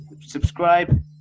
subscribe